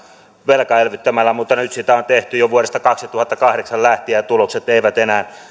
velkaelvyttämällä mutta nyt sitä on tehty jo vuodesta kaksituhattakahdeksan lähtien ja tulokset eivät enää